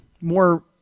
more